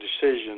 decision